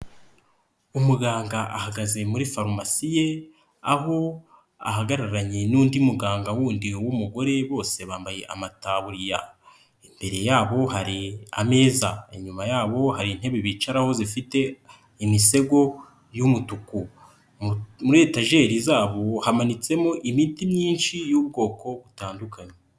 Umuganga ahagaze muri farumasi ye aho ahagararanye n'undi muganga wundi w'umugore bose bambaye amataburiya, inbere yabo hari ameza, inyuma yabo hari intebe bicaraho zifite imisego y'umutuku, muri etajeri zabo hamanitsemo imiti myinshi y'ubwoko butandukanye.